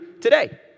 today